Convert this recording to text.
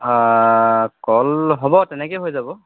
কল হ'ব তেনেকেই হৈ যাব